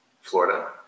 Florida